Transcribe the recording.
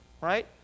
right